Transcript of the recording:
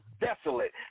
desolate